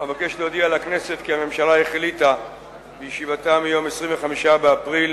אבקש להודיע לכנסת כי הממשלה החליטה בישיבתה מיום 25 באפריל